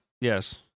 yes